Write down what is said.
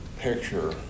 Picture